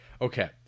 Okay